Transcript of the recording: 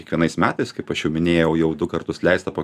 kiekvienais metais kaip aš jau minėjau jau du kartus leista po